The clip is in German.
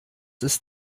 ist